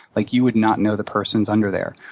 like you would not know the person's under there.